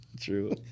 True